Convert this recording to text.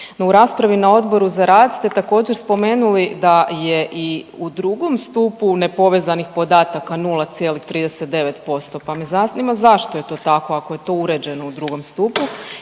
u raspravi na Odboru za rad ste također spomenuli da je i u drugom stupu nepovezanih podataka 0,39%, pa me zanima zašto je to tako ako je to uređeno u drugom stupu?